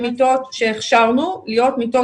הן מיטות שהכשרנו להיות מיטות קורונה.